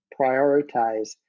prioritize